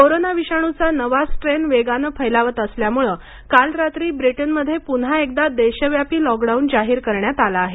corona विषाणूचा नवा strain वेगाने फैलावत असल्यामुळे काल रात्री ब्रिटनमध्ये पुन्हा एकदा देशव्यापी लॉकडाउन जाहीर करण्यात आला आहे